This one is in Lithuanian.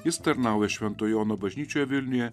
jis tarnauja švento jono bažnyčioje vilniuje